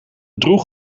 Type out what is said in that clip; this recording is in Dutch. droeg